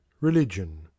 Religion